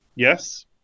Yes